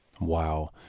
Wow